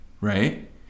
Right